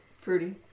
Fruity